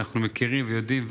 אנחנו מכירים ויודעים,